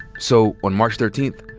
so on march thirteenth,